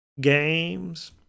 Games